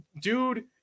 dude